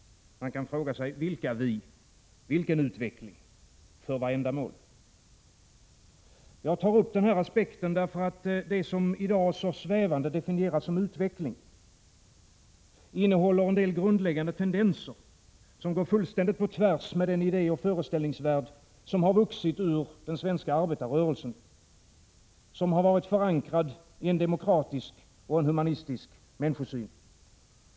Man kan fråga sig: Vilka vi? Vilken utveckling? För vad ändamål? Jag tar upp den här aspekten därför att det som i dag så svävande definieras som utveckling innehåller en del grundläggande tendenser som går fullständigt på tvärs mot den idé och föreställningsvärld som har vuxit ur den svenska arbetarrörelsen, som har varit förankrad i en demokratisk och humanistisk människosyn.